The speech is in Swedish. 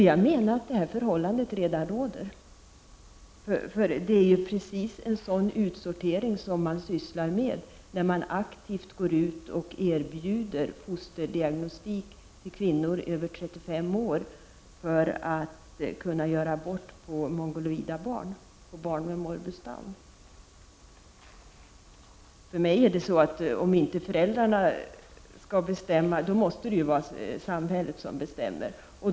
Jag menar att detta förhållande redan råder. Det är ju precis en utsortering av detta slag som man sysslar med när man aktivt går ut och erbjuder fosterdiagnostik till kvinnor över 35 år för att kunna göra abort på mongoloida barn, barn med morbus Down. Jag menar att om det inte är föräldrarna som bestämmer, då måste det ju vara samhället som bestämmer.